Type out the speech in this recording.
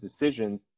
decisions